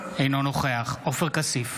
אינו נוכח עופר כסיף,